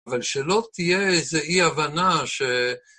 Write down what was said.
אבל שלא תהיה איזה אי-הבנה ש...